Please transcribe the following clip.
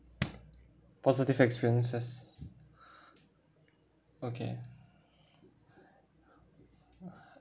positive experiences okay